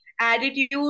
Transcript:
attitude